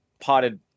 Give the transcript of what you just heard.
potted